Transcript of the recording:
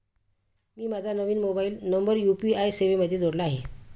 मी माझा नवीन mobile number UPI सेवेमध्ये जोडला आहे